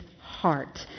heart